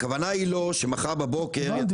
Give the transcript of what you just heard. הכוונה היא לא שמחר בבוקר --- הבנתי.